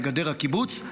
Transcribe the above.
לגדר הקיבוץ.